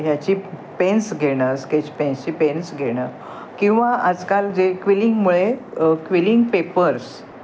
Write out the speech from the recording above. ह्याची पेन्स घेणं स्केच पेन्सची पेन्स घेणं किंवा आजकाल जे क्विलिंगमुळे क्विलिंग पेपर्स